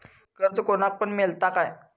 कर्ज कोणाक पण मेलता काय?